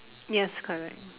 yes correct